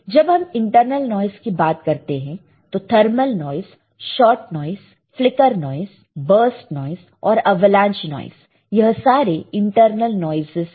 जब हम internal noise की बात करते हैं तो thermal noise short noise flicker noise burst noise और अवलांच नॉइस यह सारे इंटरनल नॉइसस है